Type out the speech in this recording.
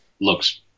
looks